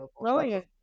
brilliant